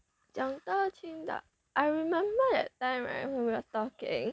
eh 讲到青岛 I remember that time right when we're talking